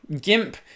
GIMP